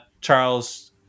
Charles